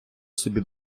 собі